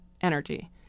energy